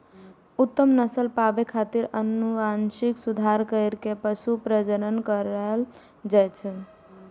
उत्तम नस्ल पाबै खातिर आनुवंशिक सुधार कैर के पशु प्रजनन करायल जाए छै